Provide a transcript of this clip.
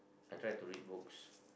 I try to read books